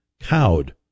cowed